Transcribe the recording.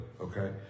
Okay